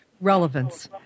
relevance